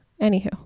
Anywho